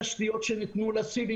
התשתיות שניתנו לסינים,